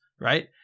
right